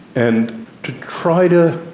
and to try to,